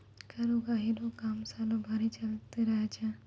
कर उगाही रो काम सालो भरी चलते रहै छै